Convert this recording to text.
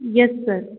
yes sir